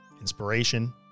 inspiration